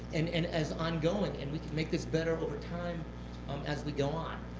and and as ongoing and we can make this better over time as we go on.